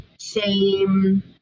shame